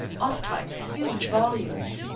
ofttimes huge volumes.